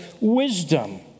wisdom